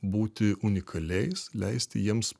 būti unikaliais leisti jiems